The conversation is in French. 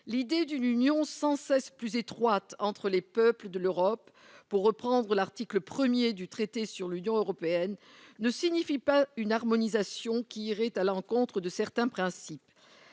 l'idée d'une union sans cesse plus étroite entre les peuples de l'Europe, pour reprendre l'article 1er du traité sur l'Union européenne ne signifie pas une harmonisation qui irait à l'encontre de certains principes